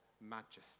majesty